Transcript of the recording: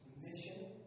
mission